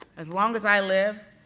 as long as i live,